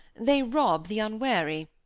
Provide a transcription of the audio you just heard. they rob the unwary.